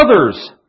others